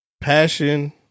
Passion